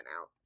out